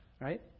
Right